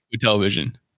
television